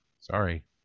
sorry